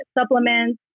supplements